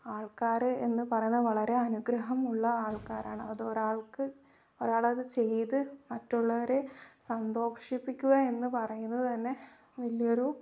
ആൾക്കാർ എന്നു പറയുന്നത് വളരെ അനുഗ്രഹമുള്ള ആൾക്കാരാണ് അത് ഒരാൾക്ക് ഒരാൾ അത് ചെയ്തു മറ്റുള്ളവരെ സന്തോഷിപ്പിക്കുക എന്നു പറയുന്നത് തന്നെ വലിയ ഒരു